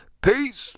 peace